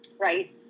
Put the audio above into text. right